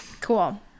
cool